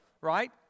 right